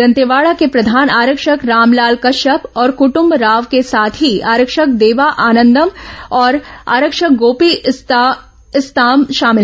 दंतेवाड़ा के प्रधान आरक्षक रामलाल कश्यप और कुटुम्ब राव के साथ ही आरक्षक देबा आनंदम और आरक्षक गोपी इस्ताम शामिल हैं